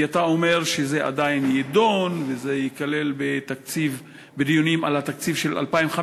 כי אתה אומר שזה יידון וזה ייכלל בדיונים על התקציב של 2015,